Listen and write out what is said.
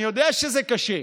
אני יודע שזה קשה.